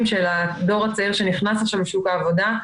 של הדור הצעיר שנכנס עכשיו לשוק העבודה.